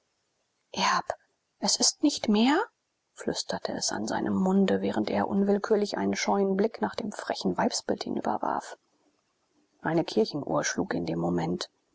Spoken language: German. es ist nicht mehr flüsterte es an seinem munde während er unwillkürlich einen scheuen blick nach dem frechen weibsbild hinüberwarf eine kirchenuhr schlug in dem moment